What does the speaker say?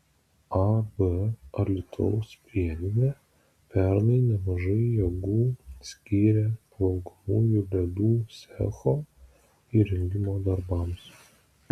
ab alytaus pieninė pernai nemažai jėgų skyrė valgomųjų ledų cecho įrengimo darbams